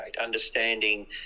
understanding